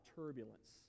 turbulence